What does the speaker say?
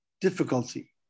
difficulty